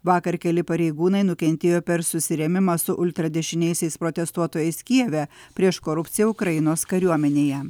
vakar keli pareigūnai nukentėjo per susirėmimą su ultradešiniaisiais protestuotojais kijeve prieš korupciją ukrainos kariuomenėje